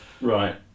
Right